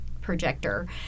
projector